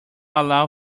allow